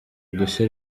udushya